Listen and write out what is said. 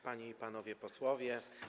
Panie i Panowie Posłowie!